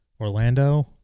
Orlando